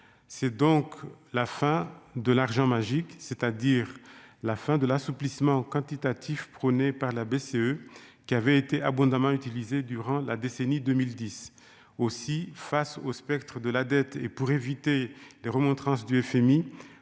c'est donc la fin de l'argent magique, c'est-à-dire la fin de l'assouplissement quantitatif prônée par la BCE, qui avait été abondamment utilisé durant la décennie 2010 aussi face au spectre de la dette et pour éviter de remontrances du FMI